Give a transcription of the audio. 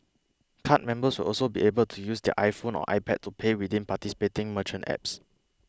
card members will also be able to use their iPhone or iPad to pay within participating merchant apps